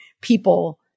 people